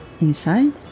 Inside